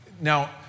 Now